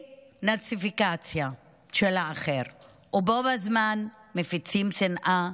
לדה-נאציפיקציה של האחר ובו בזמן מפיצים שנאה,